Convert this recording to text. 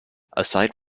aside